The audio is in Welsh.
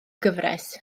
gyfres